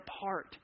apart